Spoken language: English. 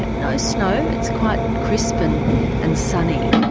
no snow, it's quite crisp and and sunny.